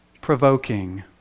provoking